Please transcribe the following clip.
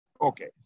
Okay